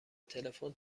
تلفن